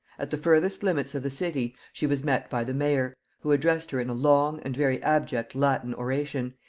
at the furthest limits of the city she was met by the mayor, who addressed her in a long and very abject latin oration,